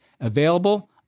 available